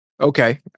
Okay